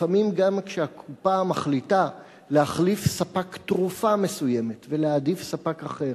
לפעמים גם כשהקופה מחליטה להחליף ספק תרופה מסוימת ולהעדיף ספק אחר,